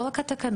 לא רק התקנות,